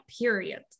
period